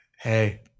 Hey